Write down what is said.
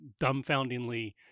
dumbfoundingly